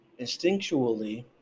Instinctually